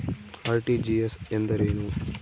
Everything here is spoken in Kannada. ಆರ್.ಟಿ.ಜಿ.ಎಸ್ ಎಂದರೇನು?